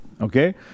Okay